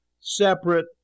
separate